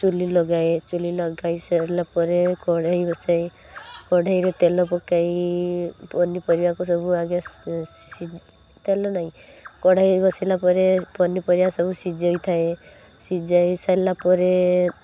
ଚୁଲି ଲଗାଏ ଚୁଲି ଲଗାଇ ସାରିଲା ପରେ କଡ଼ାଇ ବସାଇ କଢ଼େଇରେ ତେଲ ପକାଇ ପନିପରିବାକୁ ସବୁ ଆଗେ ତେଲ ନାହିଁ କଡ଼ାଇ ବସାଇଲା ପରେ ପନିପରିବା ସବୁ ସିଝାଇ ଥାଏ ସିଝାଇ ସାରିଲା ପରେ